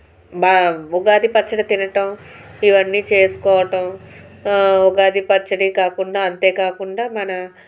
మా ఉగాది పచ్చడి తినటం ఇవన్నీ చేసుకోవటం ఉగాది పచ్చడి కాకుండా అంతేకాకుండా మన